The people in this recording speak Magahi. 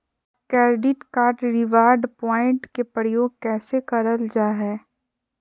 क्रैडिट कार्ड रिवॉर्ड प्वाइंट के प्रयोग कैसे करल जा है?